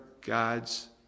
God's